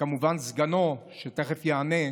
וכמובן סגנו, שתכף יענה,